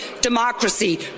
democracy